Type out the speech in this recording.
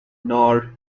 nor